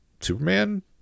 Superman